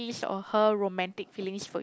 his or her romantic feelings for you